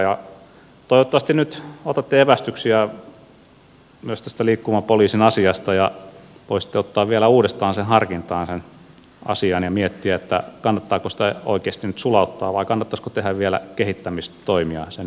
toivottavasti nyt otatte evästyksiä myös tästä liikkuvan poliisin asiasta ja voisitte ottaa vielä uudestaan harkintaan sen asian ja miettiä kannattaako sitä oikeasti nyt sulauttaa vai kannattaisiko tehdä vielä kehittämistoimia sen eteen